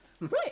Right